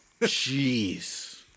Jeez